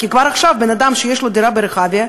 כי כבר עכשיו אדם שיש לו דירה ברחביה,